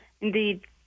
Indeed